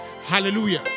hallelujah